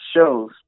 shows